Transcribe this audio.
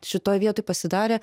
šitoj vietoj pasidarė